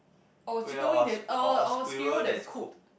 or a chicken wing that or a or a squirrel that's cooked